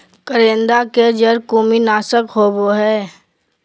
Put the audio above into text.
करौंदा के जड़ कृमिनाशक होबा हइ